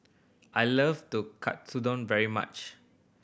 I love Katsudon very much